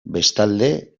bestalde